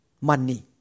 money